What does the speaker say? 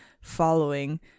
following